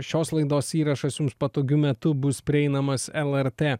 šios laidos įrašas jums patogiu metu bus prieinamas lrt